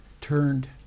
turned